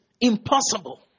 Impossible